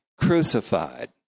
crucified